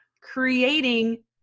creating